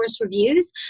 reviews